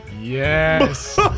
Yes